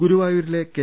ഗുരുവായൂരിലെ കെ